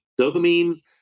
dopamine